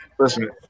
Listen